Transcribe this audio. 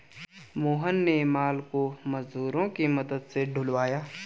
मोहन ने माल को मजदूरों के मदद से ढूलवाया